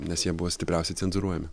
nes jie buvo stipriausiai cenzūruojami